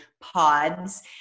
pods